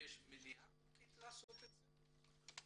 יש מניעה חוקית לעשות את זה?